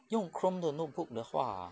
用 chrome 的 notebook 的话